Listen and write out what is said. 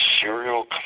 serial